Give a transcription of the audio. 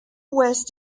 west